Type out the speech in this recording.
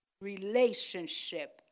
relationship